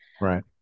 Right